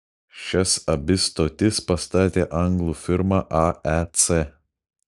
šias abi stotis pastatė anglų firma aec